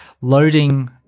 loading